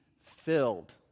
filled